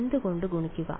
എന്ത് കൊണ്ട് ഗുണിക്കുക